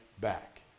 back